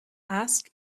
asked